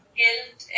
guilt